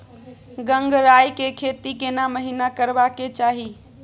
गंगराय के खेती केना महिना करबा के चाही?